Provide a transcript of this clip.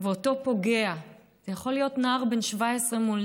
ואותו פוגע יכול להיות נער בן 17 מול